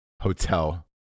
hotel